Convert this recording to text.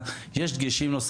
אחרי כישלונות כולנו